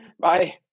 Bye